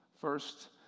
First